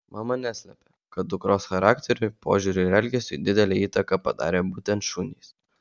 mama neslepia kad dukros charakteriui požiūriui ir elgesiui didelę įtaką padarė būtent šunys